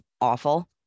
awful